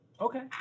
Okay